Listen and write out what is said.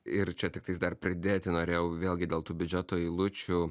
ir čia tiktais dar pridėti norėjau vėlgi dėl tų biudžeto eilučių